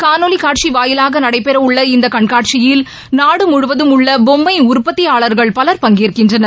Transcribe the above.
காணொலி காட்சி வாயிலாக நடைபெறவுள்ள இந்த கண்காட்சியில் நாடு முழுவதும் உள்ள பொம்மை உற்பத்தியாளர்கள் பலர் பங்கேற்கின்றனர்